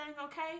okay